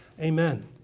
Amen